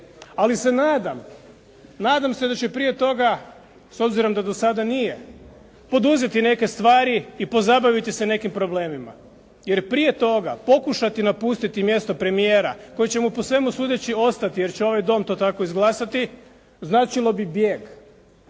Ali se nadam, nadam se da će prije toga, s obzirom da do sada nije poduzeti neke stvari i pozabaviti se nekim problemima jer prije toga pokušati napustiti mjesto premijera koji će mu po svemu sudeći ostati jer će ovaj Dom to tako izglasati, značilo bi bijeg,